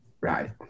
Right